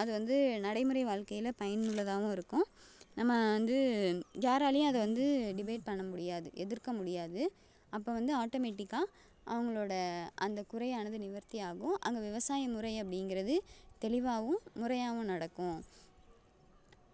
அது வந்து நடைமுறை வாழ்க்கையில பயனுள்ளதாகவும் இருக்கும் நம்ம வந்து யாராலேயும் அதை வந்து டிபேட் பண்ண முடியாது எதிர்க்க முடியாது அப்போ வந்து ஆட்டோமேட்டிக்காக அவர்களோட அந்த குறையானது நிவர்த்தி ஆகும் அங்கே விவசாய முறை அப்படிங்கறது தெளிவாகவும் முறையாகவும் நடக்கும்